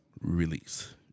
release